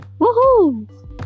Woohoo